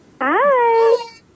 Hi